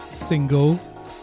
single